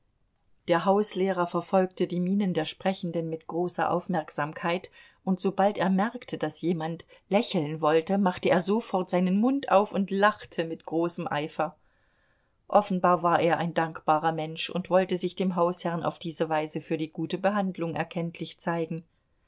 der hauslehrer verfolgte die mienen der sprechenden mit großer aufmerksamkeit und sobald er merkte daß jemand lächeln wollte machte er sofort seinen mund auf und lachte mit großem eifer offenbar war er ein dankbarer mensch und wollte sich dem hausherrn auf diese weise für die gute behandlung erkenntlich zeigen